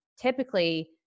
typically